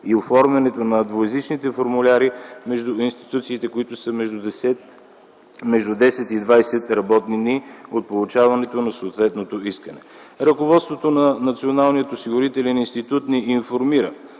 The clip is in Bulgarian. и оформяне на двуезичните формуляри между институциите, които са между 10 и 20 работни дни от получаването на съответното искане. Ръководството на Националния осигурителен институт ни информира,